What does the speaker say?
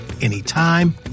anytime